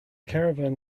caravan